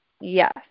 Yes